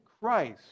Christ